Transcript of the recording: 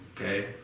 Okay